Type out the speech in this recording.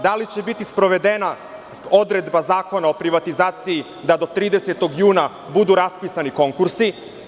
Da li će biti sprovedena odredba Zakona o privatizaciji da do 30. juna budu raspisani konkursi?